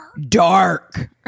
Dark